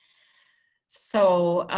so